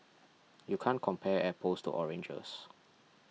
you can't compare apples to oranges